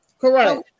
Correct